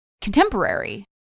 contemporary